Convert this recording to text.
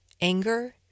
anger